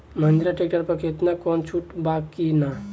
Mahindra tractor पर केतना कौनो छूट बा कि ना?